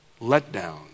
Letdown